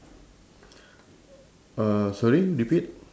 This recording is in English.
uh sorry repeat